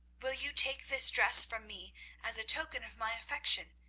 will you take this dress from me as a token of my affection,